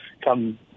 come